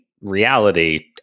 reality